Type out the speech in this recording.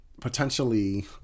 potentially